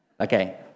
Okay